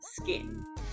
skin